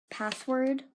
password